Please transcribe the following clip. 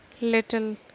little